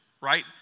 right